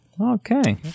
Okay